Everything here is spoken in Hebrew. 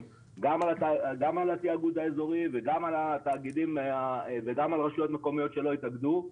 גם על התאגוד האזורי וגם על הרשויות המקומיות שלא התאגדו,